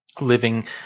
living